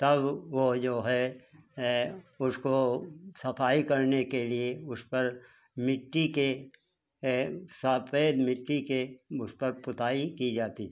तब वो जो है उसको सफाई करने के लिए उस पर मिट्टी के साथ ही मिट्टी के उस पर पुताई की जाती थी